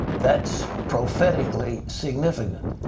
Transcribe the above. that's propheticly significant.